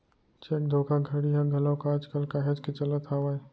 cheque धोखाघड़ी ह घलोक आज कल काहेच के चलत हावय